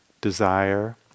desire